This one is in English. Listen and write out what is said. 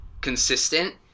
consistent